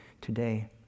today